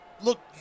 Look